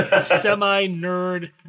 semi-nerd